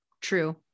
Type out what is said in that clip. true